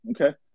okay